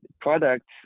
products